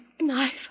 Knife